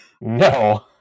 no